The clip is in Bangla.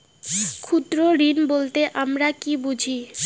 ক্ষুদ্র ঋণ বলতে আমরা কি বুঝি?